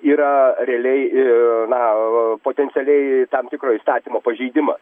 yra realiai na potencialiai tam tikro įstatymo pažeidimas